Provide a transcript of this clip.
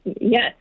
Yes